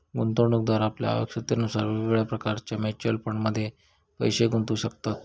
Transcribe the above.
गुंतवणूकदार आपल्या आवश्यकतेनुसार वेगवेगळ्या प्रकारच्या म्युच्युअल फंडमध्ये पैशे गुंतवू शकतत